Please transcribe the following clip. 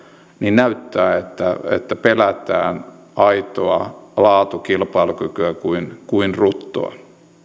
näyttää pelkäävän aitoa laatukilpailukykyä kuin kuin ruttoa